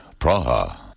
Praha